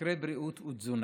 וסקרי בריאות ותזונה.